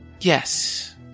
Yes